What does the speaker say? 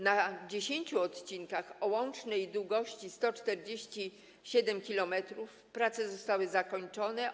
Na 10 odcinkach o łącznej długości 147 km prace zostały zakończone.